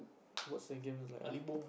what's the game is like ah